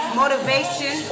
motivation